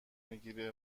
میگیره